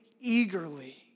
eagerly